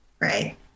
Right